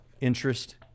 interest